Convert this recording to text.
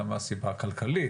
אלא מהסיבה הכלכלית.